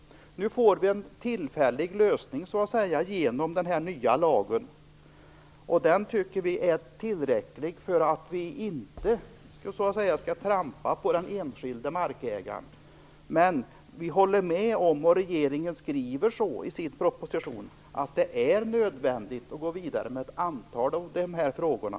Vi får nu en tillfällig lösning genom den nya lagen, och den är tillräcklig för att man inte skall kunna trampa på den enskilde markägaren. Men regeringen skriver i sin proposition, vilket vi instämmer i, att det är nödvändigt att gå vidare med ett antal av dessa frågor.